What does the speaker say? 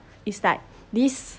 it's like this